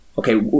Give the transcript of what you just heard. okay